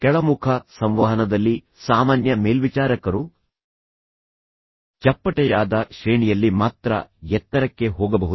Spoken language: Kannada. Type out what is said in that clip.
ಕೆಳಮುಖ ಸಂವಹನದಲ್ಲಿ ಸಾಮಾನ್ಯ ಮೇಲ್ವಿಚಾರಕರು ಚಪ್ಪಟೆಯಾದ ಶ್ರೇಣಿಯಲ್ಲಿ ಮಾತ್ರ ಎತ್ತರಕ್ಕೆ ಹೋಗಬಹುದು